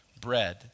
bread